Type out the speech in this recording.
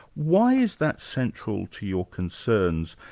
why is that central to your concerns,